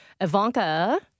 Ivanka